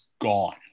gone